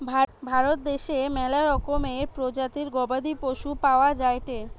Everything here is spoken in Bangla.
ভারত দ্যাশে ম্যালা রকমের প্রজাতির গবাদি পশু পাওয়া যায়টে